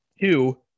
Two